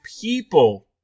people